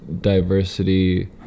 diversity